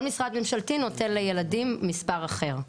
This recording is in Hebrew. כל משרד ממשלתי נותן לילדים מספר אחר.